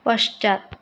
पश्चात्